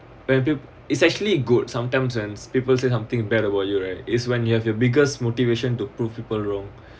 when pe~ it's actually good sometimes and people say something bad about you right is when you have your biggest motivation to prove people wrong